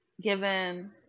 given